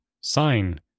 sign